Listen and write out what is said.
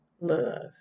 love